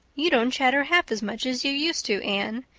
you don't chatter half as much as you used to, anne,